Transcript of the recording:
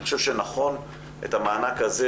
המענק הזה,